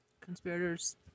conspirators